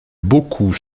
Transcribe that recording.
beaucoup